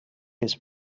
his